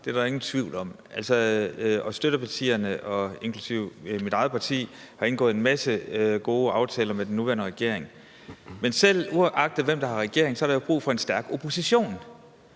der er der ingen tvivl om – og støttepartierne inklusive mit eget parti har indgået en masse gode aftaler med den nuværende regering. Men uagtet hvem der er i regering, er der jo brug for en stærk opposition,